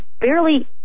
barely